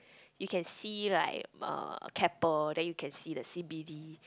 you can see right uh Keppel then you can see the C_B_D